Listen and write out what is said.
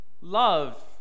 Love